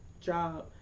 job